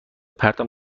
پرتم